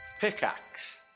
Pickaxe